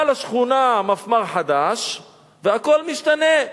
בא לשכונה מפמ"ר חדש והכול משתנה.